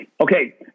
Okay